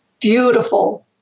beautiful